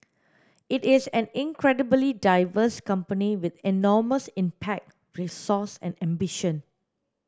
it is an incredibly diverse company with enormous impact resource and ambition